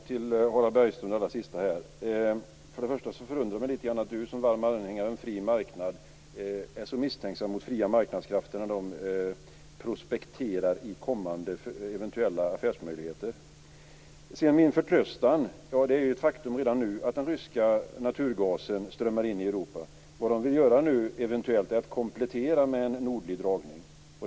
Fru talman! För det första förvånar det mig att Harald Bergström, som är en så varm anhängare av en fri marknad, är så misstänksam mot fria marknadskrafter när de prospekterar i kommande eventuella affärsmöjligheter. När det gäller min förtröstan vill jag säga att det redan nu är ett faktum att den ryska naturgasen strömmar in i Europa. Vad de nu eventuellt vill göra är att komplettera med en nordlig dragning.